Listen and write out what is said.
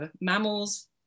mammals